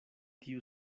tiu